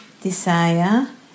desire